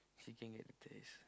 seh can get the test